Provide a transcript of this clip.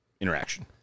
interaction